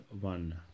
one